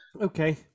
Okay